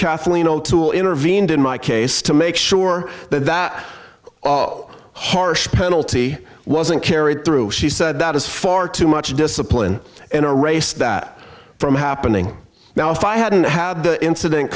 kathleen o'toole intervened in my case to make sure that that harsh penalty wasn't carried through she said that is far too much discipline in a race that from happening now if i hadn't had the incident